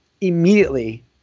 immediately